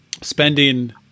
Spending